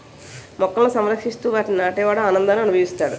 మొక్కలని సంరక్షిస్తూ వాటిని నాటే వాడు ఆనందాన్ని అనుభవిస్తాడు